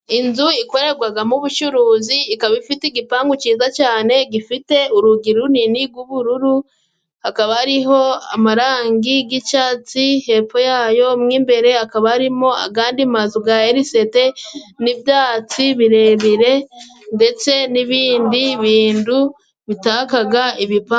Inzu ikorerwagamo ubucuruzi ikaba ifite igipangu cyiza cyane gifite urugi runini g'ubururu, hakaba hariho amarangi g'icyatsi, hepfo yayo mwo imbere hakaba harimo agandi mazu ga ericete n'ibyatsi birebire ndetse n'ibindi bintu bitakaga ibipangu.